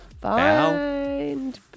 find